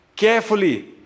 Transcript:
carefully